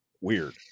weird